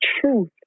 truth